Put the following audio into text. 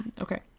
Okay